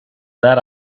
that